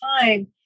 time